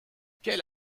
quelle